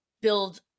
build